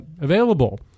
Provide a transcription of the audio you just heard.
available